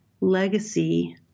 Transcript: legacy